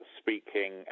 speaking